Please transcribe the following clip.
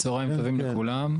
צהריים טובים לכולם.